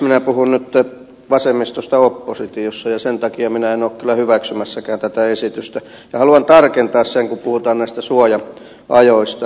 minä puhun nyt vasemmistosta oppositiossa ja sen takia minä en ole kyllä hyväksymässäkään tätä esitystä ja haluan tarkentaa sen kun puhutaan näistä suoja ajoista